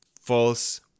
false